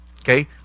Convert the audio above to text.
Okay